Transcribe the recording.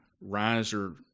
riser